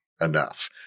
enough